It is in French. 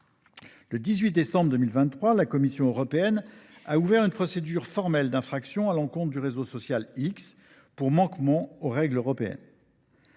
Le 18 décembre 2023, la Commission européenne a également ouvert une procédure formelle d’infraction à l’encontre du réseau social X pour manquement aux règles européennes.